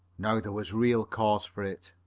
now there was real cause for it.